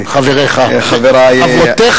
חברותיך וחבריך.